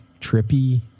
trippy